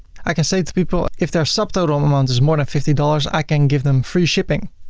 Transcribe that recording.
i can say to people, if their sub total um amount is more than fifty dollars, i can give them free shipping.